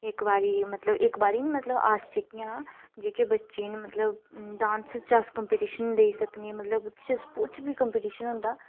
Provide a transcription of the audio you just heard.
इक बारी मतलब इक बारी निं मतलब अस जेह्कियां जेह्के बच्चे न मतलब डांस च अस कम्पीटिशन लेई सकने मतलब कुछ बी कम्पीटिशन होंदा